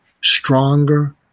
stronger